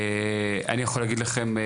אני יכול להגיד לכם,